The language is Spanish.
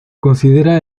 considera